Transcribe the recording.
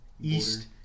east